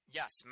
Yes